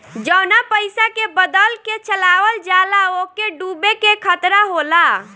जवना पइसा के बदल के चलावल जाला ओके डूबे के खतरा होला